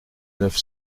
neuf